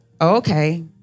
Okay